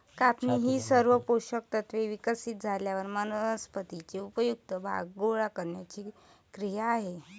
कापणी ही सर्व पोषक तत्त्वे विकसित झाल्यावर वनस्पतीचे उपयुक्त भाग गोळा करण्याची क्रिया आहे